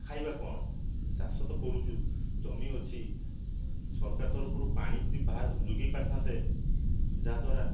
ଖାଇବା କ'ଣ ଚାଷ ତ କରୁଛୁ ଜମି ଅଛି ସରକାର ତରଫରୁ ପାଣି ଯଦି ବା ଯୋଗାଇ ପାରିଥାନ୍ତେ ଯାହାଦ୍ୱାରା